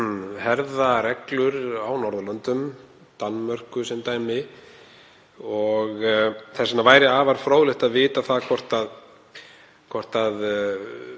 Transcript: herða reglur á Norðurlöndum, í Danmörku sem dæmi, og þess vegna væri afar fróðlegt að vita það hvort